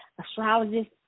Astrologist